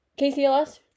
KCLS